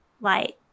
light